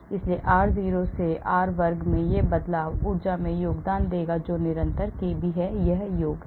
इसलिए r0 से r वर्ग में यह बदलाव ऊर्जा में योगदान देगा जो निरंतर kb है यह योग है